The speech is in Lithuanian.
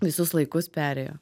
visus laikus perėjo